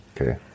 Okay